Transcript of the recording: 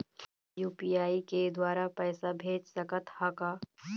UPI के द्वारा पैसा भेज सकत ह का?